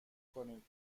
کنید